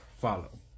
follow